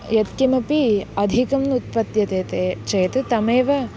यत्किमपि अधिकम् उत्पद्यते ते चेत् तमेव